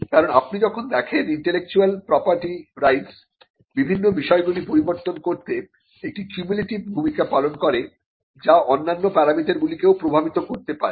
কারণ আপনি যখন দেখেন ইন্টেলেকচুয়াল প্রপার্টি রাইটস বিভিন্ন বিষয়গুলি পরিবর্তন করতে একটি কিউমুলেটিভ ভূমিকা পালন করে যা অন্যান্য প্যারামিটারগুলিকেও প্রভাবিত করতে পারে